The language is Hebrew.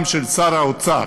גם של שר האוצר